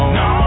no